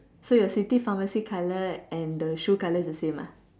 so your city pharmacy colour and your shoe colour is the same ah